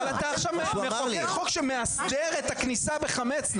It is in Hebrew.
אבל אתה עכשיו מחוקק חוק שמאסדר את הכניסה בחמץ,